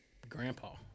Grandpa